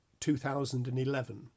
2011